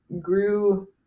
grew